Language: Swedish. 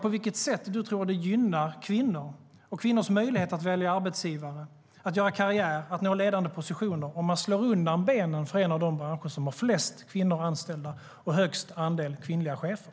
På vilket sätt tror du att det gynnar kvinnor och kvinnors möjlighet att välja arbetsgivare, att göra karriär och att nå ledande positioner om man slår undan benen för en av de branscher som har flest kvinnor anställda och högst andel kvinnliga chefer?